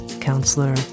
counselor